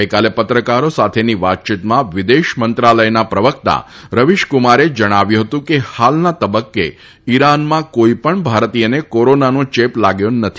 ગઈકાલે પત્રકારો સાથેની વાતચીતમાં વિદેશ મંત્રાલયના પ્રવક્તા રવિશ કુમારે જણાવ્યું હતું કે હાલના તબક્રે ઈરાનમાં કોઈપણ ભારતીયને કોરોનાનો ચેપ લાગ્યો નથી